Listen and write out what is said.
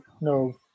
no